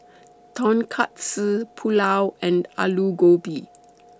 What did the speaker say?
Tonkatsu Pulao and Alu Gobi